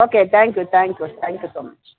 okay thank you thank you thank you so much